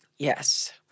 Yes